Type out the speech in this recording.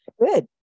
good